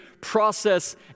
process